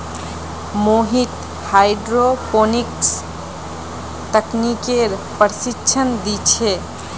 Mohit hydroponics तकनीकेर प्रशिक्षण दी छे